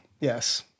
Yes